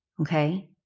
Okay